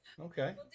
Okay